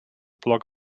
block